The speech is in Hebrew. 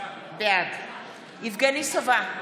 בעד יבגני סובה,